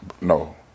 No